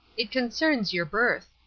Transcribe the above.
it concerns your birth.